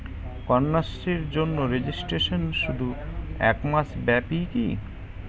কন্যাশ্রীর জন্য রেজিস্ট্রেশন শুধু এক মাস ব্যাপীই কি?